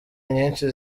nyinshi